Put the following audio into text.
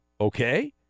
okay